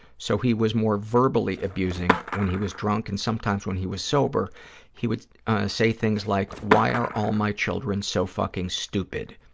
so he was more verbally abusing when he was drunk, and sometimes when he was sober he would say things like, why are all my children so fucking stupid,